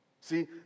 See